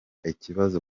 ikibazo